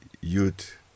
youth